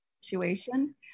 situation